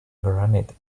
granite